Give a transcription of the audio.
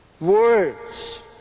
Words